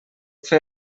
fer